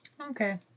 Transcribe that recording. Okay